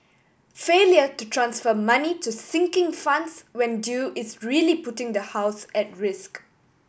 failure to transfer money to sinking funds when due is really putting the house at risk